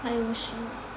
I wish